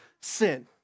sin